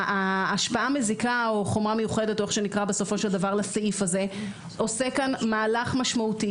השפעה מזיקה או חומרה מיוחדת או איך שנקרא לסעיף הזה עושה כאן מהלך משמעותי